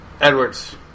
Edwards